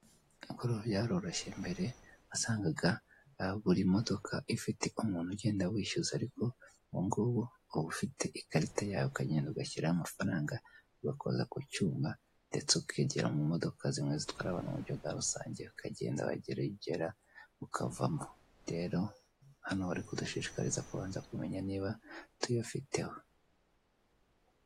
Ako ubu byaroroshye mbere wasangaga buri modoka ifite umuntu ugenda wishyuza, ariko ubu ngubu uba ufite ikarita yawe ukagenda ugashyiraho amafaranga ugakoza ku cyuma, ndetse ukigira mu modoka zimwe zitwara abantu mu buryo bwa rusange bakagenda, wagera iyo ugera ukavamo. Rero hano bari kudushishikariza kubanza kumenya niba tuyafiteho